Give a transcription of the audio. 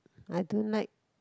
I don't like